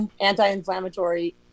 anti-inflammatory